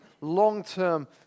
long-term